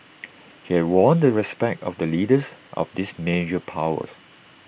he had won the respect of the leaders of these major powers